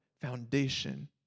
foundation